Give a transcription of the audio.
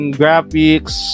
graphics